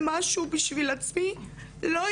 שהיא חלק מהיום יום שלנו, חלק